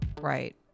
right